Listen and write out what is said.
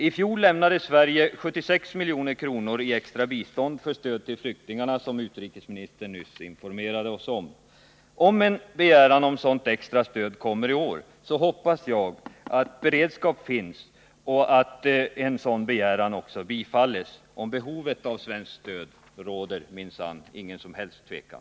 I fjol lämnade Sverige 76 milj.kr. i extra bistånd för stöd till flyktingarna, som utrikesministern nyss informerade oss om. Om en begäran om sådant extra stöd kommer i år hoppas jag att beredskap finns och att en sådan begäran också bifalls. Om behovet av svenskt stöd råder minsann ingen som helst tvekan.